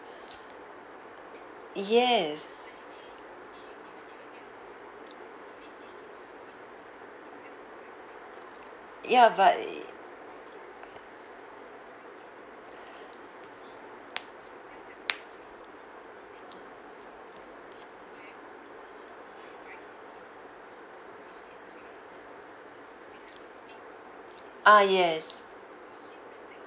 yes ya but ah yes